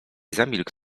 zamilkł